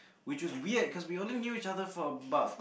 which was weird because we only knew each other for about